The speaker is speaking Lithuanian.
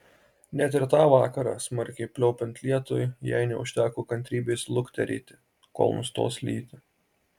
net ir tą vakarą smarkiai pliaupiant lietui jai neužteko kantrybės lukterėti kol nustos lyti